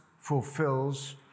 fulfills